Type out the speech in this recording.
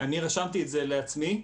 רשמתי את זה לעצמי.